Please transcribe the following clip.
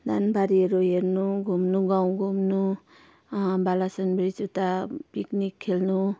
धानबारीहरू हेर्नु घुम्नु गाउँ घुम्नु बालासन ब्रिज उता पिकनिक खेल्नु